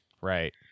Right